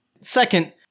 Second